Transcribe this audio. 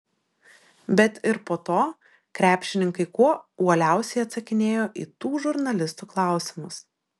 bet ir po to krepšininkai kuo uoliausiai atsakinėjo į tų žurnalistų klausimus